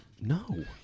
No